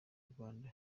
rwanda